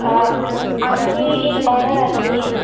आमची एक ऑर्डर आसली